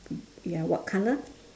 ya what colour